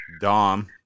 Dom